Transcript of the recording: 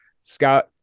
Scott